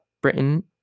Britain